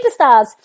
Superstars